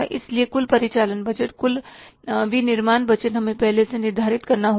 इसलिए कुल परिचालन बजट कुल विनिर्माण बजट हमें पहले से निर्धारित करना होगा